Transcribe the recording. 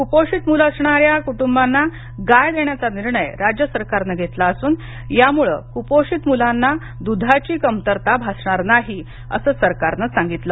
कुपोषित मुले असणाऱ्या कुटुंबांना गाय देण्याचा निर्णय राज्य सरकारनं घेतला असून यामुळं कुपोषित मुलांना दुधाची कमतरता भासणार नाही असं सरकारनं सांगितलं